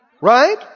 Right